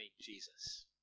Jesus